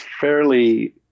fairly